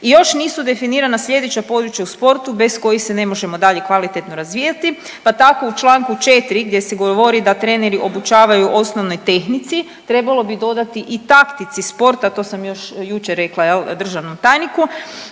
I još nisu definirana slijedeća područja u sportu bez kojih se ne možemo dalje kvalitetno razvijati pa tako u Članku 4. gdje se govori da treneri obučavaju osnovne tehnici trebalo bi dodati i taktici sporta, to sam još jučer rekla jel državnom tajniku